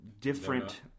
different